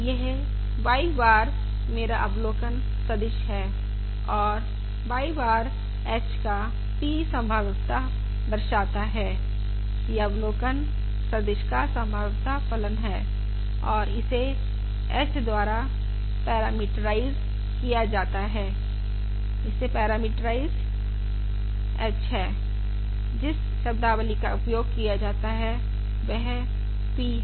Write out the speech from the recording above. यह y बार मेरा अवलोकन सदिश है और y बार h का p संभाव्यता दर्शाता है यह अवलोकन सदिश का संभाव्यता फलन है और इसे h द्वारा पैरामीट्राइज किया जाता है इसे पैरामीट्राइज h है जिस शब्दावली का उपयोग किया जाता है वह p है